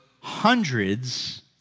hundreds